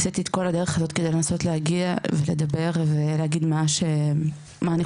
עשיתי את כל הדרך הזאת כדי לנסות להגיע ולדבר ולהגיד מה אני חושבת.